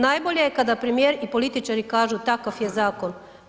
Najbolje je kada premijer i političari kažu takav je zakon.